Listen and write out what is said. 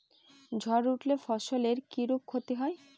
ঝড় উঠলে ফসলের কিরূপ ক্ষতি হয়?